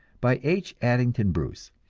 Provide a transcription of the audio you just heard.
by h. addington bruce,